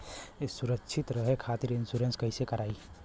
सुरक्षित रहे खातीर इन्शुरन्स कईसे करायी?